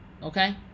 Okay